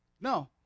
no